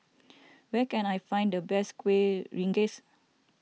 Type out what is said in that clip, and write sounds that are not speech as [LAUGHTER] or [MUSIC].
[NOISE] where can I find the best Kueh Rengas